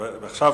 יכול לענות?